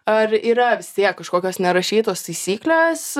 ar yra vis tiek kažkokias nerašytos taisyklės